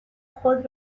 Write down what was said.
خود